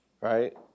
right